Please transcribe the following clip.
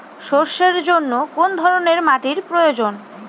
সরষের জন্য কোন ধরনের মাটির প্রয়োজন?